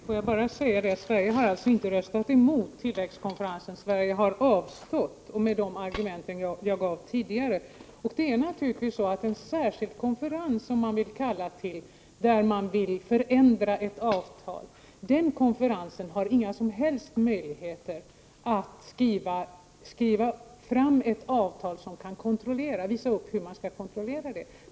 Herr talman! Jag kanske inte var alldeles tydlig i mitt förra inlägg. Därför vill jag säga att Sverige inte har röstat emot förslaget om en tilläggskonferens. I stället har Sverige avstått från att rösta, grundat på tidigare nämnda argument. En särskild konferens som man vill kalla till och där man vill förändra ett avtal har naturligtvis inte några som helst möjligheter att få fram ett avtal som visar hur man kan kontrollera det hela.